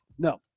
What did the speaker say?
No